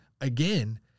again